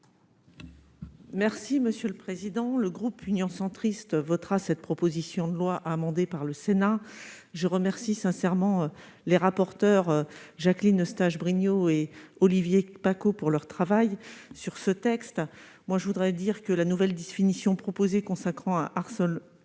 Merci monsieur le président, le groupe Union centriste votera cette proposition de loi amendée par le Sénat, je remercie sincèrement les rapporteurs Jacqueline Eustache-Brinio et Olivier Paccaud pour leur travail sur ce texte, moi je voudrais dire que la nouvelle disposition proposée consacrant à harceler